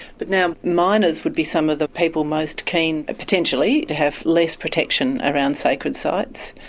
but now miners would be some of the people most keen, potentially, to have less protection around sacred sites.